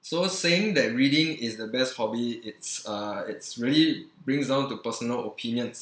so saying that reading is the best hobby it's uh it's really brings down to personal opinions